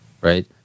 right